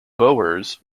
boers